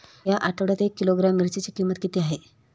या आठवड्यात एक किलोग्रॅम मिरचीची किंमत किती आहे?